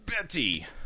Betty